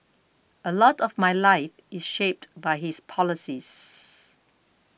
a lot of my life is shaped by his policies